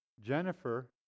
Jennifer